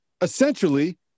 essentially –